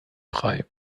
frei